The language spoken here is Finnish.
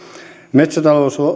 metsätalous